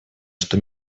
что